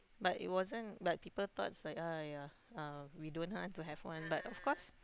but it wasn't but people thought it's like !aiyah! we don't want to have one but of course